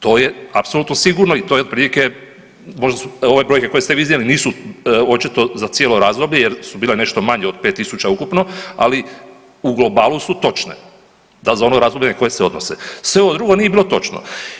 To je apsolutno sigurno i to je otprilike, ove brojke koje ste vi iznijeli nisu očito za cijelo razdoblje jer su bile nešto manje od 5000 ukupno, ali u globalu su točne, da za ono razdoblje koje se odnose, sve ovo drugo nije bilo točno.